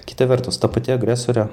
kita vertus ta pati agresorė